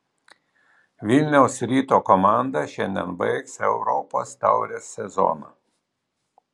vilniaus ryto komanda šiandien baigs europos taurės sezoną